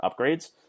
upgrades